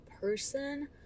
person